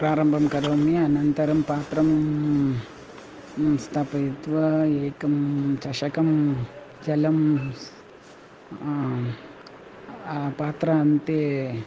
प्रारम्भं करोमि अनन्तरं पात्रं स्थापयित्वा एकं चषकं जलं स् पात्र अन्ते